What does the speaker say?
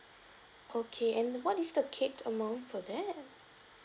okay and what is the cap amount for that